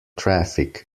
traffic